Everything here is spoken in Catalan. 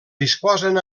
disposen